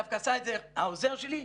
דווקא עשה את זה העוזר שלי,